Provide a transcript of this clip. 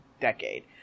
decade